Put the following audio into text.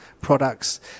products